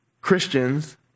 Christians